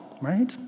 right